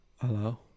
hello